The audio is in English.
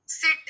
Sit